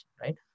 right